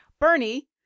Bernie